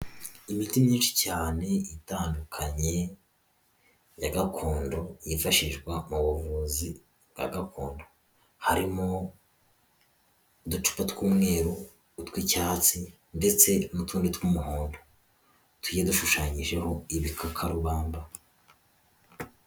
Imiti myinshi cyane itandukanye ya gakondo yifashishwa mu buvuzi bwa gakondo harimo; udupa tw'umweru utw'icyatsi ndetse n'utundi tw'umuhondo tuyidushushanyijeho ibikakarubamba.